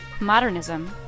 Modernism